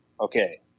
okay